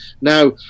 now